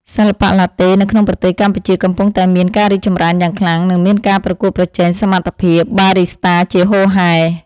សិល្បៈឡាតេនៅក្នុងប្រទេសកម្ពុជាកំពុងតែមានការរីកចម្រើនយ៉ាងខ្លាំង និងមានការប្រកួតប្រជែងសមត្ថភាពបារីស្តាជាហូរហែ។